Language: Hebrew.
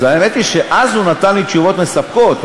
אז האמת היא שאז הוא נתן לי תשובות מספקות.